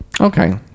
Okay